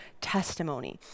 testimony